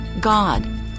God